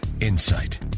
insight